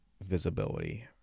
visibility